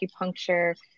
acupuncture